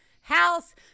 house